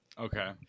Okay